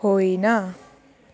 होइन